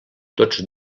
tots